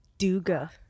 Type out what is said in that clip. Duga